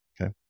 Okay